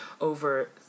Over